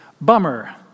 Bummer